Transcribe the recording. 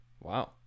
Wow